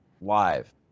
Live